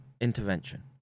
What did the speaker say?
intervention